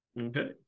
Okay